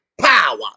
Power